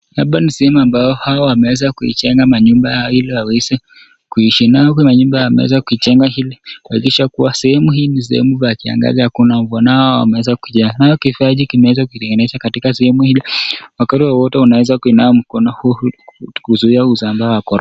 Hapa ni sehemu ambao hawa wameweza kuijenga manyumba yao ili waweze kuishi nao kuna nyumba wameweza kuijenga kuhakikisha sehemu hii ni sehemu pa kiangazi hakuna mvua nao wameweza kujaa. Nayo kifaa hiki kimeweza kutengenezwa katika sehemu hilo wakati wowote unaweza kuinawa mkono kuzuia usambaa wa korona.